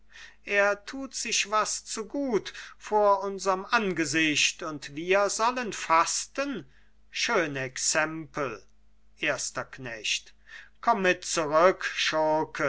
er tut sich was zugut vor unserm angesicht und wir sollen fasten schön exempel erster knecht komm mit zurück